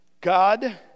God